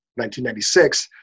1996